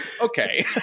okay